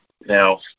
Now